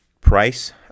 price